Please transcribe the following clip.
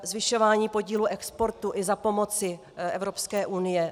Zvyšování podílu exportu i za pomoci Evropské unie.